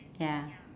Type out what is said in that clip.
ya